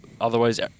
Otherwise